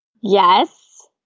Yes